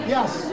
Yes